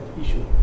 issue